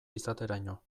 izateraino